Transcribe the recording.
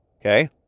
Okay